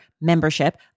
membership